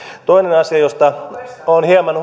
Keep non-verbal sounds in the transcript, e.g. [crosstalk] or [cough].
toinen asia josta olen hieman [unintelligible]